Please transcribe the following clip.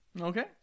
Okay